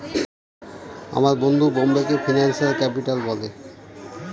আমার বন্ধু বোম্বেকে ফিনান্সিয়াল ক্যাপিটাল বলে